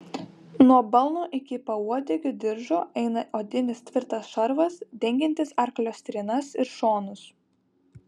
nuo balno iki pauodegio diržo eina odinis tvirtas šarvas dengiantis arklio strėnas ir šonus